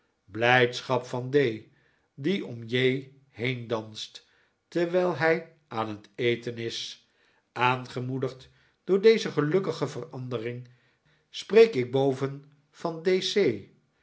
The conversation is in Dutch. blijdschap van d die om j heen danst terwijl hij aan het eten is aangemoedigd door deze gelukkige verandering spreek ik boven van d